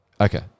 Okay